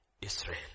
Israel